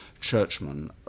churchmen